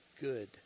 good